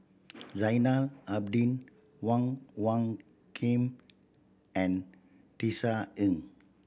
Zainal Abidin Wong Hung Khim and Tisa Ng